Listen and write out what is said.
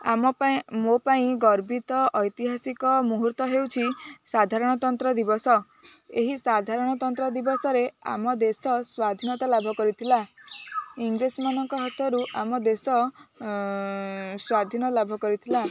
ଆମ ପାଇଁ ମୋ ପାଇଁ ଗର୍ବିତ ଐତିହାସିକ ମୁହୂର୍ତ୍ତ ହେଉଛି ସାଧାରଣତନ୍ତ୍ର ଦିବସ ଏହି ସାଧାରଣତନ୍ତ୍ର ଦିବସରେ ଆମ ଦେଶ ସ୍ଵାଧୀନତା ଲାଭ କରିଥିଲା ଇଂରେଜମାନଙ୍କ ହାତରୁ ଆମ ଦେଶ ସ୍ଵାଧୀନ ଲାଭ କରି ଥିଲା